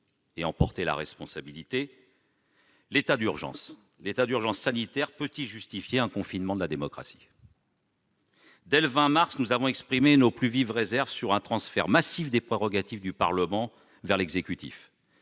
et en porter la responsabilité, pour autant, l'état d'urgence sanitaire peut-il justifier un confinement de la démocratie ? Dès le 20 mars, nous avons exprimé nos plus vives réserves sur le transfert massif des prérogatives du Parlement à l'exécutif.